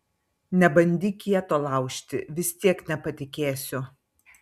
nebandyk kieto laužti vis tiek nepatikėsiu